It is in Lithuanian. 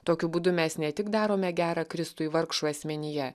tokiu būdu mes ne tik darome gera kristui vargšų asmenyje